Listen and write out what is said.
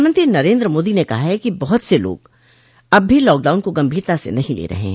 प्रधानमंत्री नरेन्द्र मोदी ने कहा है कि बहुत से लोग अब भी लॉकडाउन का गंभीरता से नहों ले रहे हैं